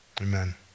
Amen